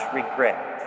regret